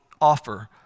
offer